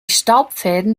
staubfäden